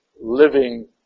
living